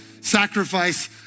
Sacrifice